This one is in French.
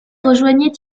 rejoignait